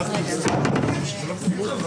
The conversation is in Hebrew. הישיבה ננעלה בשעה